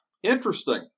Interesting